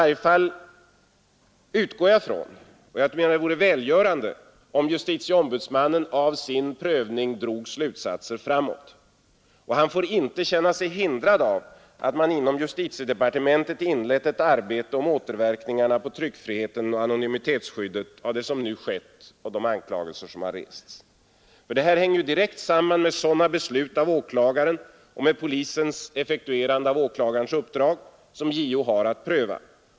Det skulle vara välgörande om även JO av sin prövning drog slutsatser framåt. Han får inte känna sig hindrad av att man inom justitiedepartementet inlett ett arbete om återverkningarna på tryckfriheten och anonymitetsskyddet av det som nu skett och de anklagelser som har rests. Det här hänger ju direkt samman med sådana beslut av åklagaren och med polisens effektuerande av åklagarens uppdrag som JO har att pröva.